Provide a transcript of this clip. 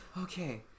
okay